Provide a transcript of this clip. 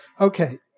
Okay